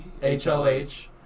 HLH